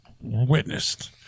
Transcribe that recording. witnessed